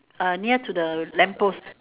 uh near to the lamp post